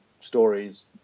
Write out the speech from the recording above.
stories